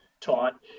taught